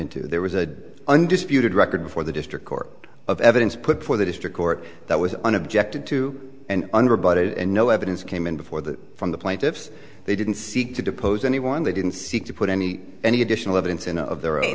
into there was a undisputed record for the district court of evidence put before the district court that was one objected to and under budget and no evidence came in before that from the plaintiffs they didn't seek to depose anyone they didn't seek to put any any additional evidence in of their own